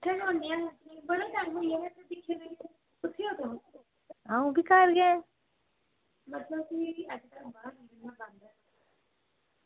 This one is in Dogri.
अं'ऊ बी घर गै